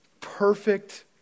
perfect